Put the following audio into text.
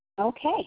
Okay